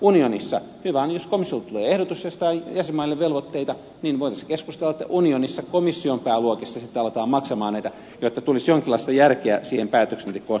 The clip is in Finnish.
unionissa hyvä on jos komissiolta tulee ehdotus josta tulee jäsenmaille velvoitteita niin voitaisiin keskustella että unionissa komission pääluokissa sitten aletaan maksaa näitä jotta tulisi jonkinlaista järkeä siihen päätöksentekoon jota komissiossa tapahtuu